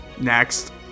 next